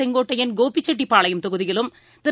செங்கோட்டையன் கோபிசெட்டிப்பாளையம் தொகுதியிலும் திரு